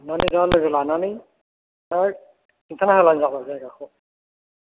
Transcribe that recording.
मानि दा लोगो लानानै दा खिनथाना होब्लानो जाबाय जायगाखौ